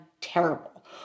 terrible